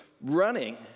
running